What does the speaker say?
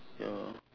ya